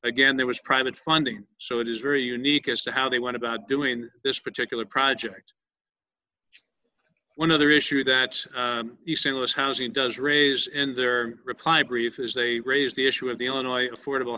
again there was private funding so it is very unique as to how they want about doing this particular project one other issue that's essential if housing does raise in their reply brief as they raise the issue of the illinois affordable